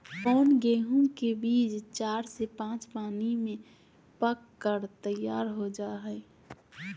कौन गेंहू के बीज चार से पाँच पानी में पक कर तैयार हो जा हाय?